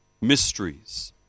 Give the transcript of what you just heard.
mysteries